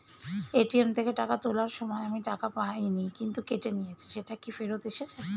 ATM থেকে টাকা তোলার সময় আমি টাকা পাইনি কিন্তু কেটে নিয়েছে সেটা কি ফেরত এসেছে?